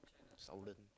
southern